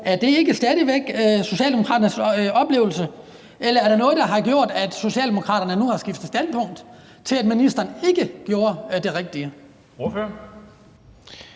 Er det ikke stadig væk Socialdemokraternes oplevelse, eller er der noget, der har gjort, at Socialdemokraterne nu har skiftet standpunkt til, at ministeren ikke gjorde det rigtige?